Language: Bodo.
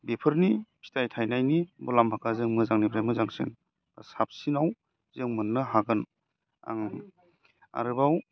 बेफोरनि फिथाइ थाइनायनि मुलाम्फाखौ जों मोजांनिफ्राय मोजांसिन साबसिनाव जों मोननो हागोन आं आरोबाव